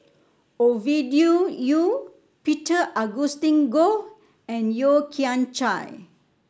Ovidia Yu Peter Augustine Goh and Yeo Kian Chye